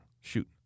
shoot